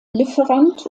lieferant